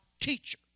teacher